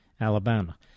Alabama